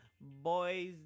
boys